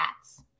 cats